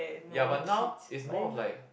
ya but now is more of like